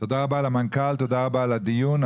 תודה רבה למנכ"ל, תודה רבה על הדיון.